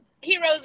heroes